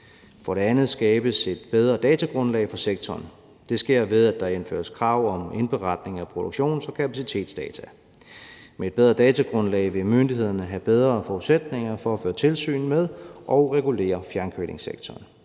For det andet skabes et bedre datagrundlag for sektoren. Det sker ved, at der indføres krav om indberetning af produktions- og kapacitetsdata. Med et bedre datagrundlag vil myndighederne have bedre forudsætninger for at føre tilsyn med og regulere fjernkølingssektoren.